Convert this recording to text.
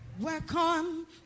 Welcome